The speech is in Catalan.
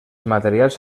materials